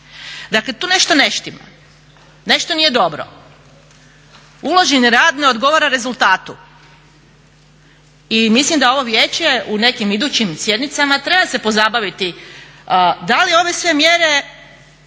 Dakle, tu nešto ne štima, nešto nije dobro. Uloženi rad ne odgovara rezultatu i mislim da ovo Vijeće u nekim idućim sjednicama treba se pozabaviti da li ove sve mjere